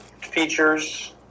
features